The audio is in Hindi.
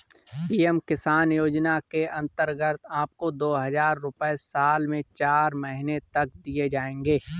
पी.एम किसान योजना के अंतर्गत आपको दो हज़ार रुपये साल में चार महीने तक दिए जाएंगे